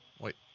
Wait